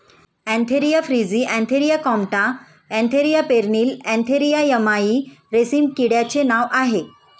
Antheraea frithi Antheraea compta Antheraea pernyi Antheraea yamamai रेशीम किड्याचे नाव आहे